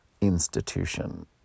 institution